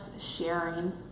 sharing